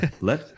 let